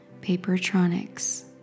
Papertronics